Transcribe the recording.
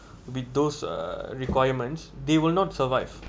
with those uh requirements they will not survive